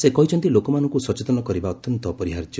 ସେ କହିଛନ୍ତି ଲୋକମାନଙ୍କୁ ସଚେତନ କରିବା ଅତ୍ୟନ୍ତ ଅପରିହାର୍ଯ୍ୟ